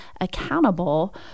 accountable